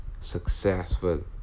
successful